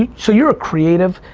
and so you're a creative,